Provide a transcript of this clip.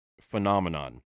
phenomenon